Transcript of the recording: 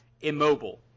immobile